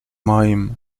moim